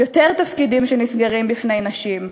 יותר תפקידים שנסגרים בפני נשים.